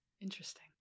Interesting